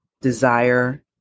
desire